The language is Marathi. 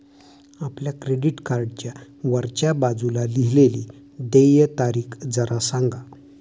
आपल्या क्रेडिट कार्डच्या वरच्या बाजूला लिहिलेली देय तारीख जरा सांगा